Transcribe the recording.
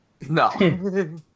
No